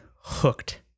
hooked